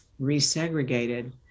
resegregated